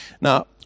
Now